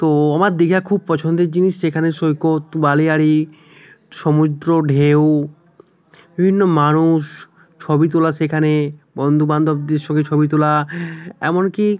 তো আমার দীঘা খুব পছন্দের জিনিস সেখানে সৈকত বালিয়াড়ি সমুদ্র ঢেউ বিভিন্ন মানুষ ছবি তোলা সেখানে বন্ধু বান্ধবদের সঙ্গে ছবি তোলা এমনকি